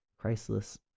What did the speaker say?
christless